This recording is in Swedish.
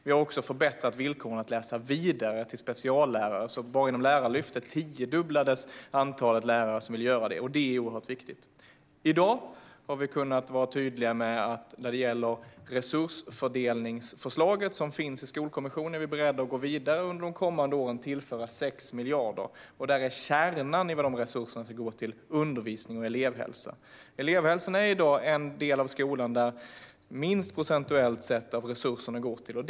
Vi har också förbättrat villkoren för att läsa vidare till speciallärare - bara inom Lärarlyftet tiodubblades antalet lärare som vill göra det, och det är oerhört viktigt. I dag har vi kunnat vara tydliga när det gäller resursfördelningsförslaget från Skolkommissionen. Vi är beredda att gå vidare och under de kommande åren tillföra 6 miljarder. Kärnan i vad de resurserna ska gå till är undervisning och elevhälsa. Elevhälsan är i dag en av de delar av skolan dit minst av resurserna går, procentuellt sett.